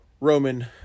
Roman